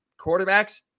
quarterbacks